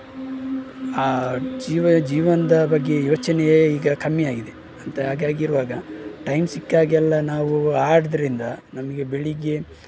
ಆ ಜೀವ ಜೀವನದ ಬಗ್ಗೆ ಯೋಚನೆಯೇ ಈಗ ಕಮ್ಮಿಯಾಗಿದೆ ಅಂತ ಹಾಗಾಗಿರುವಾಗ ಟೈಮ್ ಸಿಕ್ಕಾಗೆಲ್ಲ ನಾವು ಆಡೋದ್ರಿಂದ ನಮಗೆ ಬೆಳಗ್ಗೆ